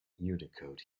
unicode